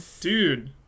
dude